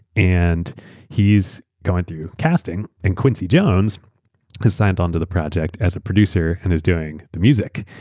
and he's going through casting, and quincy jones has signed on to the project as a producer and is doing the music.